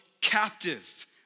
captive